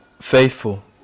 faithful